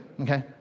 Okay